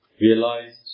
realized